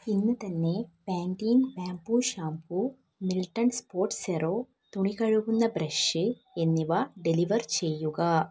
ഇന്നു തന്നെ Pantene bamboo shampoo Milton Spotzero തുണി കഴുകുന്ന ബ്രഷ് എന്നിവ ഡെലിവർ ചെയ്യുക